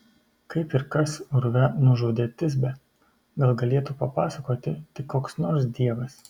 kaip ir kas urve nužudė tisbę gal galėtų papasakoti tik koks nors dievas